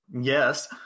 Yes